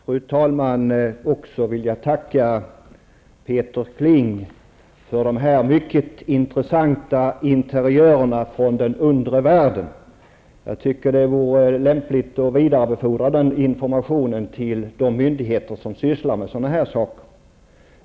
Fru talman! Man blir nästan förstummad inför dessa ovationer. Jag skulle också vilja tacka Peter Kling för dessa mycket intressanta interiörer från den undre världen. Jag tycker att det vore lämpligt att vidarebefordra den informationen till de myndigheter som sysslar med dessa saker.